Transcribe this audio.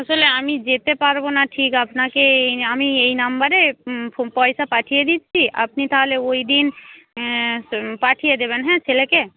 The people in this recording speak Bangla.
আসলে আমি যেতে পারব না ঠিক আপনাকে এই আমি এই নাম্বারে পয়সা পাঠিয়ে দিচ্ছি আপনি তাহলে ওই দিন পাঠিয়ে দেবেন হ্যাঁ ছেলেকে